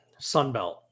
Sunbelt